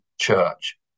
church